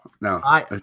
no